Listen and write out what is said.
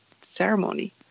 ceremony